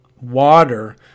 water